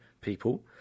people